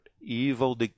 evil